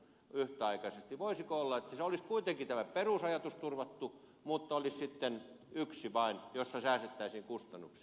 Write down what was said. voisiko olla että olisi kuitenkin tämä perusajatus turvattu mutta olisi sitten yksi osasto vain jotta säästettäisiin kustannuksia